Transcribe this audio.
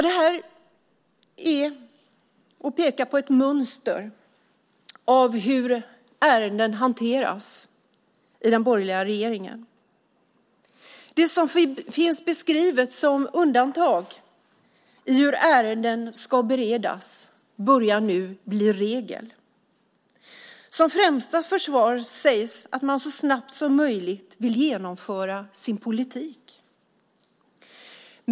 Detta pekar på ett mönster för hur ärenden hanteras i den borgerliga regeringen. Det som finns beskrivet som undantag i hur ärenden ska beredas börjar nu bli regel. Som främsta försvar sägs att man så snabbt som möjligt vill genomföra sin politik.